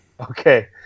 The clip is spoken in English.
Okay